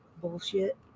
bullshit